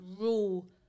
rule